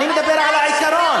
אני מדבר על העיקרון.